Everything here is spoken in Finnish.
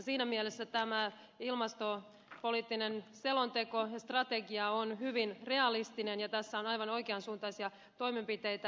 siinä mielessä tämä ilmastopoliittinen selonteko ja strategia on hyvin realistinen ja tässä on aivan oikeansuuntaisia toimenpiteitä